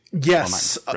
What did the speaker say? yes